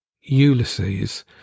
Ulysses